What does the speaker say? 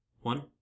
one